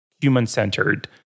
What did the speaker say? human-centered